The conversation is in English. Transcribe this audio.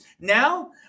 Now